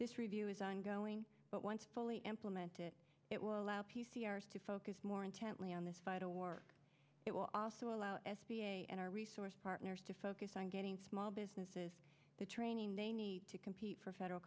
this review is ongoing but once fully implemented it will allow p c r to focus more intently on this fight a war it will also allow s b a and our resource partners to focus on getting small businesses the training they need to compete for federal